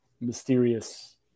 mysterious